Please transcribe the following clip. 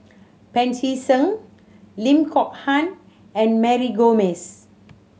Pancy Seng Lim Kok Ann and Mary Gomes